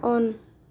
on